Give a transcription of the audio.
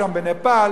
שם בנפאל,